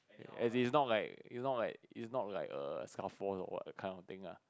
as it's not like it's not like it's not like err what that kind of thing lah